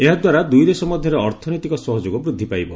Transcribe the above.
ଏହାଦ୍ୱାରା ଦୁଇଦେଶ ମଧ୍ୟରେ ଅର୍ଥନୈତିକ ସହଯୋଗ ବୃଦ୍ଧି ପାଇବ